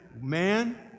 man